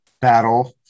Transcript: battle